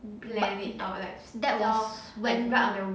but that was when